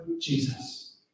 Jesus